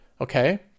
okay